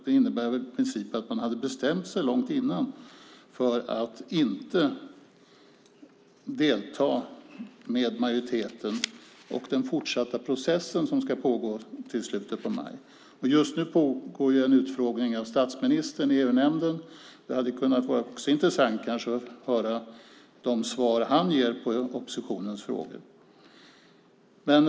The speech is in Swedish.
Det innebär väl i princip att man hade bestämt sig långt tidigare för att inte delta med majoriteten i den fortsatta processen som ska pågå till slutet av maj. Just nu pågår en utfrågning av statsministern i EU-nämnden. Det hade kanske också varit intressant att höra de svar han ger på oppositionens frågor.